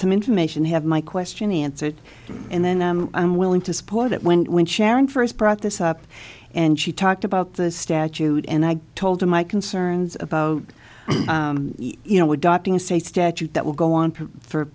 some information have my question answered and then i'm willing to support that when when sharon first brought this up and she talked about the statute and i told him my concerns about you know adopting a state statute that would go on for